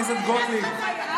טלי, צאי לשתות משהו, זה בסדר.